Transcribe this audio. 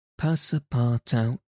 Passapartout